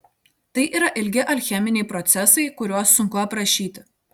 tai yra ilgi alcheminiai procesai kuriuos sunku aprašyti